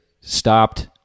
stopped